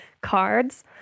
cards